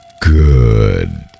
Good